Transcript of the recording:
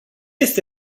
este